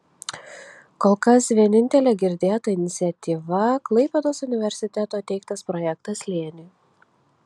kol kas vienintelė girdėta iniciatyva klaipėdos universiteto teiktas projektas slėniui